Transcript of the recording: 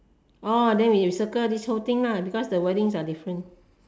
orh then you circle this whole thing lah because the wordings are different